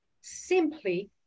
Simply